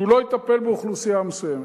שהוא לא יטפל באוכלוסייה מסוימת.